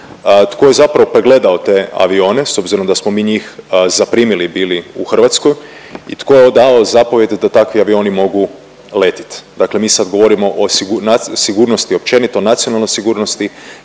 Tko je zapravo pregledao te avione s obzirom da smo mi njih zaprimili bili u Hrvatskoj i tko je odavao zapovijedi da takvi avioni mogu letiti. Dakle, mi sad govorimo o sigurnosti općenito, nacionalnoj sigurnosti